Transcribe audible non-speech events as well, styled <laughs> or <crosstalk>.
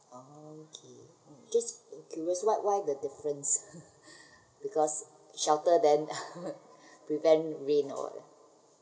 okay okay just curious what what's the difference <laughs> because shorter than <laughs> prevent rain or what